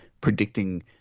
predicting